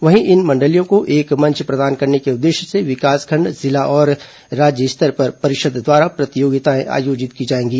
वहीं इन मंडलियों को एक मंच प्रदान करने के उद्देश्य से विकासखण्ड जिला और राज्य स्तर पर परिषद द्वारा प्रतियोगिताएं आयोजित की जाएंगी